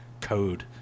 code